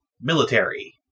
military